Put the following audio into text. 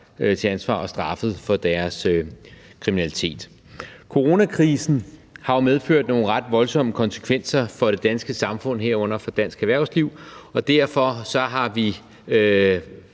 til ansvar og straffet for deres kriminalitet. Coronakrisen har jo medført nogle ret voldsomme konsekvenser for det danske samfund, herunder for dansk erhvervsliv, og derfor har vi